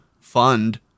fund